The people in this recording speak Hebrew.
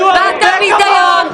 אתה ביזיון,